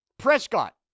Prescott